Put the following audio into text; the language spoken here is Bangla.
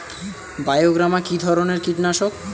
বায়োগ্রামা কিধরনের কীটনাশক?